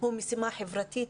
הוא משימה חברתית,